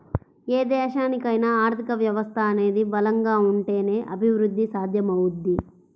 ఏ దేశానికైనా ఆర్థిక వ్యవస్థ అనేది బలంగా ఉంటేనే అభిరుద్ధి సాధ్యమవుద్ది